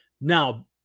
Now